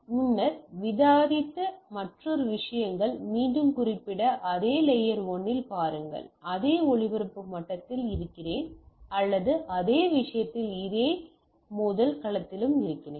முன்னர் விவாதித்த மற்றொரு விஷயங்கள் மீண்டும் குறிப்பிட அதை லேயர் 1 இல் பாருங்கள் அதே ஒளிபரப்பு மட்டத்தில் இருக்கிறேன் அல்லது அதே விஷயத்தில் அதே மோதல் களத்திலும் இருக்கிறேன்